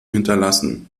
hinterlassen